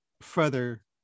further